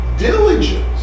Diligence